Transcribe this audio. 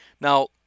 Now